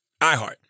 iHeart